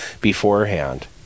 beforehand